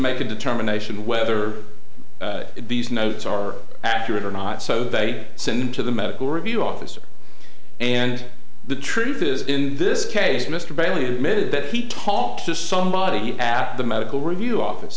make a determination whether these notes are accurate or not so they send to the medical review officer and the truth is in this case mr bailey admitted that he talked to somebody at the medical review office